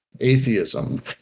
atheism